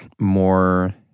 more